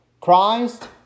Christ